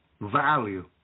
value